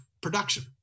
production